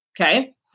Okay